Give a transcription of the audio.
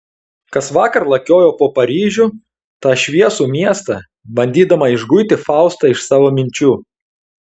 kasvakar lakiojau po paryžių tą šviesų miestą bandydama išguiti faustą iš savo minčių